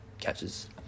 catches